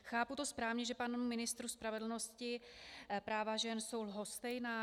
Chápu to správně, že panu ministru spravedlnosti práva žen jsou lhostejná?